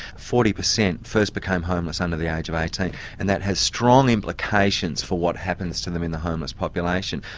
forty per cent first became homeless under the age of eighteen and that has strong implications for what happens to them in the homeless population.